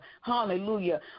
hallelujah